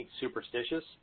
superstitious